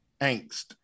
angst